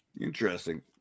interesting